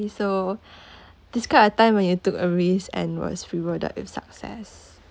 so describe a time when you took a risk and was rewarded with success